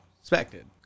expected